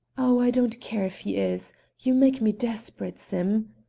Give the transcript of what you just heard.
oh, i don't care if he is you make me desperate, sim.